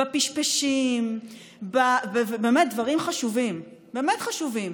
בפשפשים, באמת דברים חשובים, באמת חשובים.